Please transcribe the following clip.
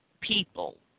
people